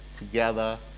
Together